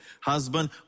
husband